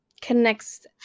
connects